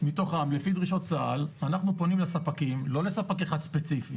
מתוכם לפי דרישות צה"ל אנחנו פונים לספקים לא לספק אחד ספציפי